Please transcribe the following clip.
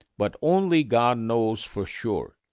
but only god knows for sure.